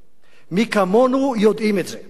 מי כמונו יודעים את זה.